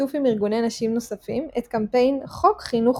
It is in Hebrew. בשיתוף עם ארגוני נשים נוספים את קמפיין "חוק_חינוך__חובה"